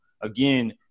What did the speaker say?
Again